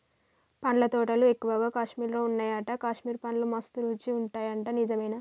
పండ్ల తోటలు ఎక్కువగా కాశ్మీర్ లో వున్నాయట, కాశ్మీర్ పండ్లు మస్త్ రుచి ఉంటాయట నిజమేనా